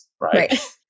right